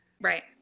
Right